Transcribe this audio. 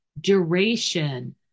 duration